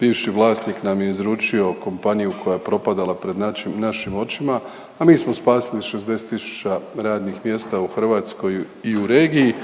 bivši vlasnik nam je izručio kompaniju koja je propadala pred našim očima, a mi smo spasili 60 tisuća radnih mjesta u Hrvatskoj i u regiji,